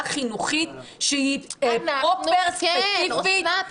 חינוכית שהיא פרופר ספציפית --- אוסנת,